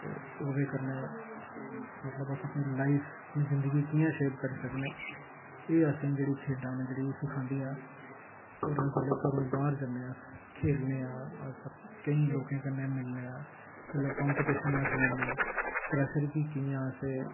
ते ओह्दे कन्नै मतलब अस अपनी लाइफ अपनी ज़िंदगी कि'यां शेप करी सकने एह् असेंगी जेह्ड़ी खेढां जेह्ड़ियां एह् सखांदियां होर अस जेल्लै घरा बाह्र जन्ने आं अस खेलने आं अस केईं लोकें कन्नै मिलने आं जेल्लै काॅम्पिटशन अस लड़ने प्रैशर गी कि'यां असें